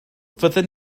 fyddwn